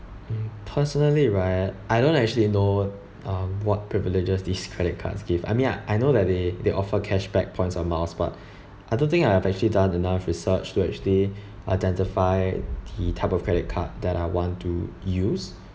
mm personally right I don't actually know um what privileges these credit cards give I mean I I know that they they offer cashback points or miles but I don't think I have actually done enough research to actually identify the type of credit card that I want to use